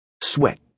Sweat